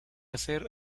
hacer